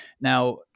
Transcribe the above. now –